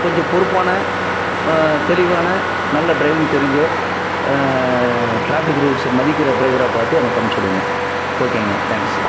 கொஞ்சம் பொறுப்பான தெளிவான நல்ல ட்ரைவிங் தெரிஞ்ச ட்ராஃபிக் ரூல்ஸை மதிக்கிற ட்ரைவராக பார்த்து எனக்கு அனுப்பிச்சிவுடுங்க ஓகேங்க தேங்க்ஸ்